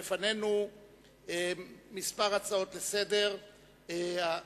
בפנינו כמה הצעות לסדר-היום.